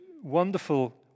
wonderful